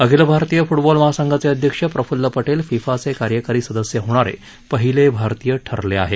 अखिल भारतीय फुटबॉल महासंघाचे अध्यक्ष प्रफुल्ल पटेल फिफाचे कार्यकारी सदस्य होणारे पहिले भारतीय ठरले आहेत